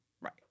right